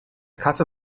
kasse